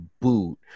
boot